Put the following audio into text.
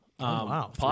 Wow